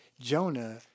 Jonah